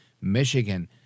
Michigan